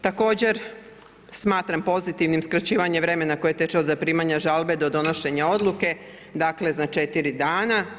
Također smatram pozitivnim skraćivanje vremena koje teče od zaprimanja žalbe do donošenja odluke, dakle za četiri dana.